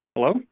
Hello